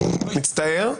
מצטער,